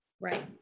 Right